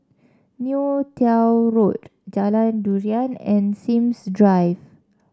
Neo Tiew Road Jalan Durian and Sims Drive